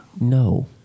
No